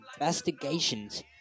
investigations